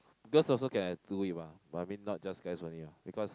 girls also can do it mah but I mean not just guys only mah because